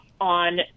on